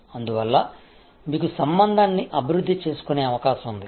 అందువల్ల మీకు సంబంధాన్ని అభివృద్ధి చేసుకునే అవకాశం ఉంది